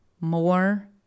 more